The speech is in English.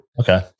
Okay